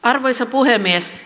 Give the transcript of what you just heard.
arvoisa puhemies